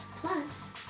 Plus